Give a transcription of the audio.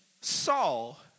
Saul